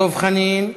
דב חנין.